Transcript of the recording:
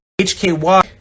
HKY